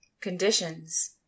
Conditions